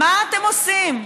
מה אתם עושים?